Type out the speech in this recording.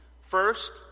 First